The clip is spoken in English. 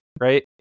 right